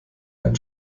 ein